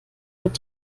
wird